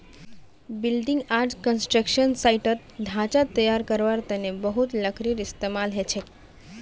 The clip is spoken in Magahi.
बिल्डिंग आर कंस्ट्रक्शन साइटत ढांचा तैयार करवार तने बहुत लकड़ीर इस्तेमाल हछेक